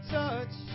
touch